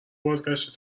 بازگشت